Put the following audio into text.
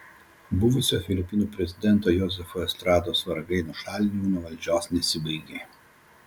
buvusio filipinų prezidento jozefo estrados vargai nušalinimu nuo valdžios nesibaigė